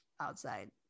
outside